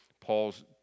Paul's